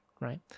right